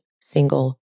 single